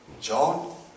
John